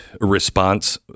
response